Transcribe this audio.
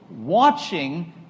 watching